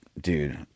dude